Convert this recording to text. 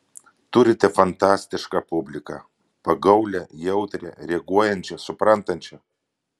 turite fantastišką publiką pagaulią jautrią reaguojančią suprantančią